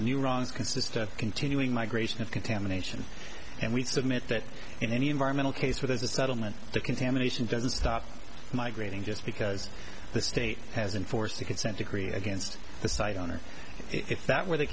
of continuing migration of contamination and we submit that in any environmental case where there's a settlement the contamination doesn't stop migrating just because the state has enforced a consent decree against the site owner if that were the